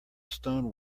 stone